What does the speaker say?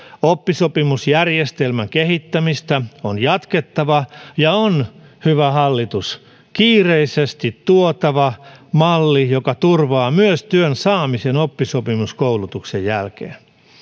oppisopimusjärjestelmän kehittämistä on jatkettava ja on hyvä hallitus kiireisesti tuotava malli joka turvaa työn saamisen myös oppisopimuskoulutuksen jälkeen